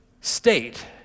state